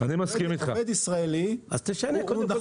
עובד ישראלי --- אני מסכים איתך,